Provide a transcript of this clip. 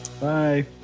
Bye